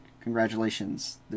Congratulations